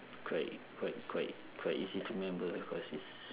quite quite quite quite easy to remember because it's